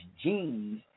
genes